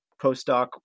postdoc